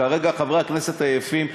כרגע חברי הכנסת עייפים.